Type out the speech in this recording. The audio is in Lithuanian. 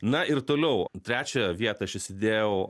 na ir toliau trečią vietą aš įsidėjau